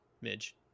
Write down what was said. Midge